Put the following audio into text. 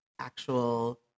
actual